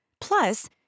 Plus